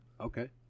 okay